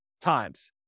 times